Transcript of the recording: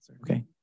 okay